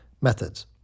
Methods